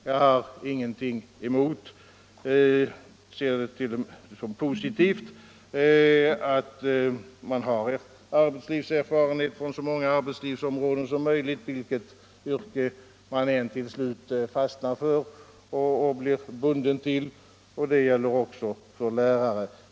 Jag har ingenting emot, utan jag ser det t.o.m. som positivt, att man har yrkeserfarenhet från så många arbetslivsområden som möjligt vilket yrke man än till slut fastnar för och blir bunden till. Detta gäller också för lärare.